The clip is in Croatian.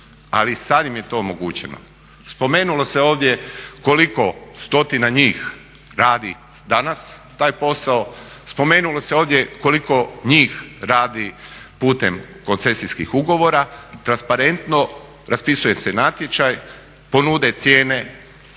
Ali sad im je to omogućeno. Spomenulo se ovdje koliko stotina njih radi danas taj posao, spomenulo se ovdje koliko njih radi putem koncesijskih ugovora, transparentno raspisuje se natječaj, ponude cijene,